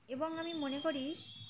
এবং আমি মনে করি